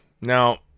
Now